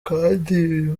kandi